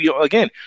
again